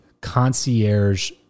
concierge